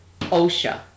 OSHA